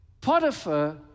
Potiphar